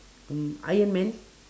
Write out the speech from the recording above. mm ironman